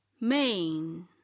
main